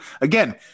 Again